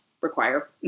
require